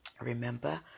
remember